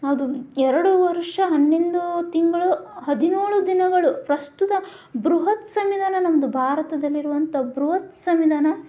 ಅದು ಎರಡು ವರ್ಷ ಹನ್ನೊಂದು ತಿಂಗಳು ಹದಿನೇಳು ದಿನಗಳು ಪ್ರಸ್ತುತ ಬೃಹತ್ ಸಂವಿಧಾನ ನಮ್ಮದು ಭಾರತದಲ್ಲಿರುವಂಥ ಬೃಹತ್ ಸಂವಿಧಾನ